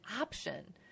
option